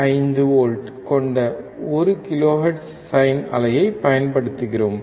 5 V கொண்ட 1 kilohertz sine அலையைப் பயன்படுத்துகிறோம்